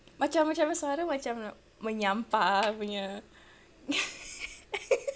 macam macam suara macam menyampah punya